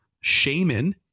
shaman